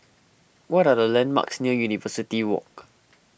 what are the landmarks near University Walk